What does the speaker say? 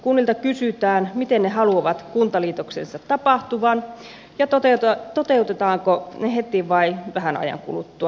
kunnilta kysytään miten ne haluavat kuntaliitoksensa tapahtuvan ja toteutetaanko ne heti vai vähän ajan kuluttua